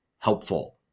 helpful